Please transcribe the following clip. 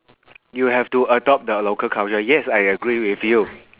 you have to adopt the local culture yes I agree with you